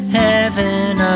heaven